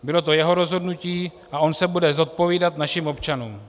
Bylo to jeho rozhodnutí a on se bude zodpovídat našim občanům.